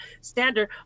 standard